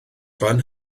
fan